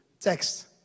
text